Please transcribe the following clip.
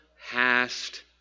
hast